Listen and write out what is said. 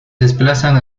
desplazan